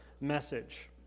message